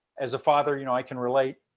as a father, you know, i can relate,